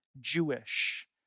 Jewish